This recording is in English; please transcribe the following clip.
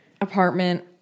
apartment